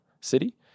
city